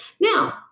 Now